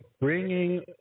bringing